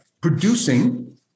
producing